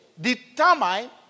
determine